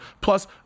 plus